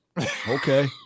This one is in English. Okay